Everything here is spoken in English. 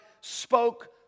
spoke